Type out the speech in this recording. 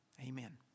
Amen